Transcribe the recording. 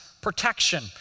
protection